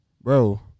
Bro